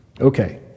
Okay